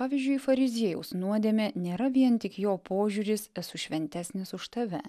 pavyzdžiui fariziejaus nuodėmė nėra vien tik jo požiūris esu šventesnis už tave